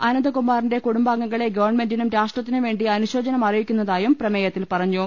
അനന്തകുമാറിന്റെ കൂടുംബാംഗങ്ങളെ ഗവൺമെന്റിനും രാഷ്ട്രത്തിനും വേണ്ടി അനുശോചനം അറിയിക്കുന്നതായും പ്രമേയത്തിൽ പറഞ്ഞു